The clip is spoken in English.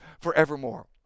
forevermore